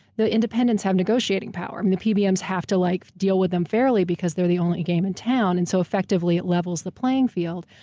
the independents have negotiating power. the pbms have to like deal with them fairly because they're the only game in town. and so effectively, it levels the playing field.